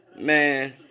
Man